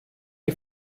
est